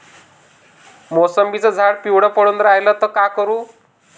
मोसंबीचं झाड पिवळं पडून रायलं त का करू?